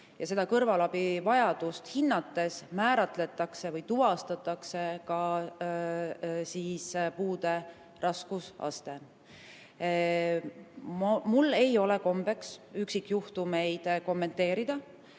Seda kõrvalabivajadust hinnates määratletakse või tuvastatakse ka puude raskusaste. Mul ei ole kombeks üksikjuhtumeid kommenteerida